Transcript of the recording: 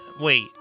Wait